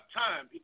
time